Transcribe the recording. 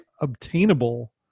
obtainable